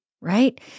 right